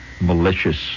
malicious